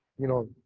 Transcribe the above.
you know,